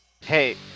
Hey